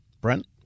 Brent